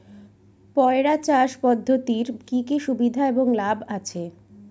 পয়রা চাষ পদ্ধতির কি কি সুবিধা এবং লাভ আছে?